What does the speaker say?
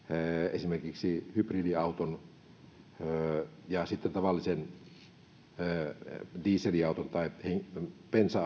esimerkiksi hybridiautoa ja sitten tavallista dieselautoa tai bensa